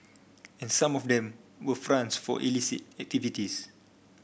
and some of them were fronts for illicit activities